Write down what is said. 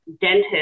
dentist